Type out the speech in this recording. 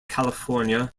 california